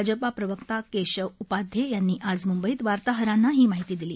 भाजपा प्रवक्ते केशव उपाध्ये यांनी आज मुंबईत वार्ताहरांना ही माहिती दिली